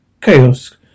Chaos